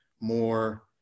more